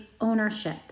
ownership